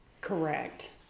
correct